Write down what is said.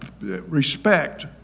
respect